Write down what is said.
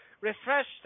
refreshed